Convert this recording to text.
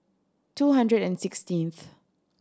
two hundred and sixteenth